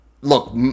look